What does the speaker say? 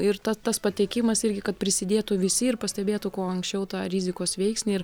ir ta tas patekimas irgi kad prisidėtų visi ir pastebėtų kuo anksčiau tą rizikos veiksnį ir